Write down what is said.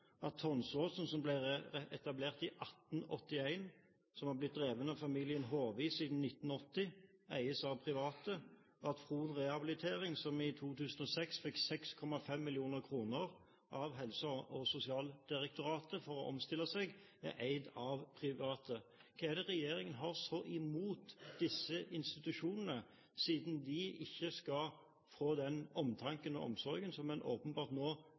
at Tonsåsen, som ble etablert i 1881, og som har blitt drevet av familien Hovi siden 1980, eies av private, og at Fron Rehabiliteringssenter, som i 2006 fikk 6,5 mill. kr av Helse- og sosialdirektoratet for å omstille seg, er eid av private. Hva er det regjeringen har så imot disse institusjonene, siden de ikke skal få den omtanken og omsorgen som man nå åpenbart